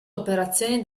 operazioni